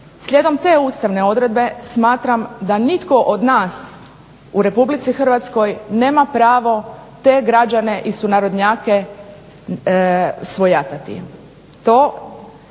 Slijedom te ustavne odredbe smatram da nitko od nas u Republici Hrvatskoj nema pravo te građane i sunarodnjake svojatati.